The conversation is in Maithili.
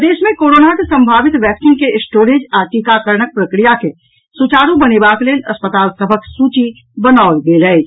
प्रदेश मे कोरोनाक संभावित वैक्सीन के स्टोरेज आ टीकाकरणक प्रक्रिया के सुचारू बनेबाक लेल अस्पताल सभक सूची बनाओल गेल अछि